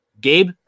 Gabe